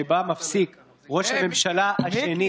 משרד המשפטים, פשוט הפקירו.